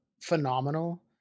phenomenal